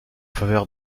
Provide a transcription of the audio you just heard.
faveur